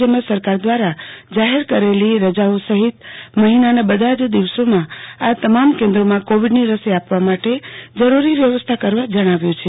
જેમાં સરકાર દવારા જાહેર કરેલી રજાઓ સહિત મહિનાના બધા જ દિવસોમાં આ તમામ કેન્દોમાં કોવિડની રસી આપવા માટે જરૂરી વ્યવસ્થા કરવા જણાવ્ય છે